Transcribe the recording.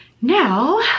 Now